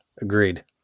agreed